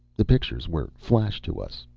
the pictures were flashed to us.